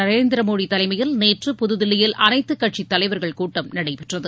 நரேந்திர மோடி தலைமையில் நேற்று புதுதில்லியில் அனைத்துக் கட்சித் தலைவர்கள் கூட்டம் நடைபெற்றது